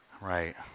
Right